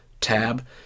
tab